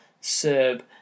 Serb